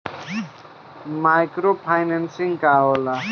Micro financing का होला?